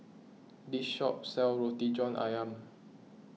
this shop sells Roti John Ayam